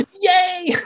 Yay